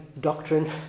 doctrine